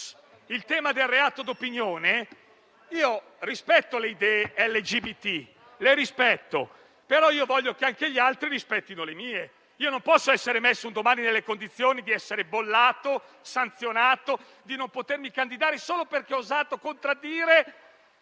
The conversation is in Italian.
Il tema del reato di opinione: rispetto le idee LGBT, però voglio che anche gli altri rispettino le mie. Non posso essere messo un domani nelle condizioni di essere bollato, sanzionato, di non potermi candidare, solo perché ho osato contraddire